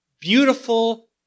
beautiful